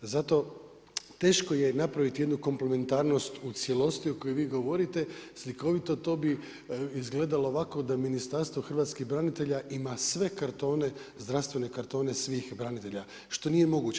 Zato teško je napraviti jednu komplementarnost u cijelosti o kojoj vi govorite slikovito, to bi izgledalo ovako da Ministarstvo hrvatskih branitelja ima sve kartone, zdravstvene kartone svih branitelja, što nije moguće.